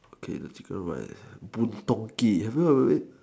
okay the chicken rice boon-tong-kee have you heard of it